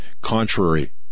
contrary